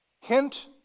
Hint